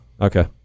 Okay